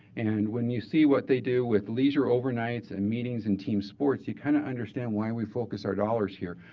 and when you see what they do with leisure overnights, and meetings, and team sports, you kind of understand why we focus our dollars here.